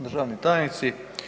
Državni tajnici.